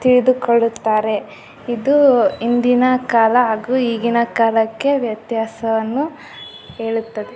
ತಿಳಿದುಕೊಳ್ಳುತ್ತಾರೆ ಇದು ಹಿಂದಿನ ಕಾಲ ಹಾಗೂ ಈಗಿನ ಕಾಲಕ್ಕೆ ವ್ಯತ್ಯಾಸವನ್ನು ಹೇಳುತ್ತದೆ